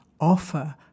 offer